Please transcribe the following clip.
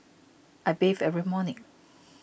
I bathe every morning